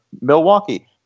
Milwaukee